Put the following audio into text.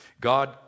God